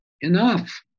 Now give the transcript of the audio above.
enough